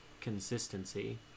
consistency